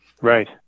Right